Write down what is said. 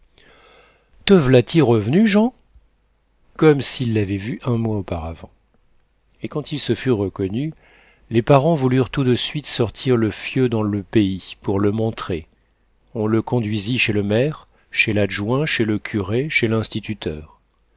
te vlà t il revenu jean comme s'il l'avait vu un mois auparavant et quand ils se furent reconnus les parents voulurent tout de suite sortir le fieu dans le pays pour le montrer on le conduisit chez le maire chez l'adjoint chez le curé chez l'instituteur